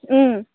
ꯎꯝ